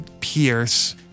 pierce